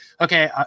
okay